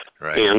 right